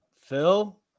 Phil